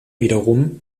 wiederum